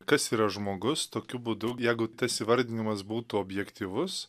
kas yra žmogus tokiu būdu jeigu tas įvardinimas būtų objektyvus